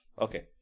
Okay